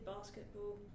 basketball